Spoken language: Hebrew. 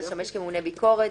לשמש כממונה ביקורת,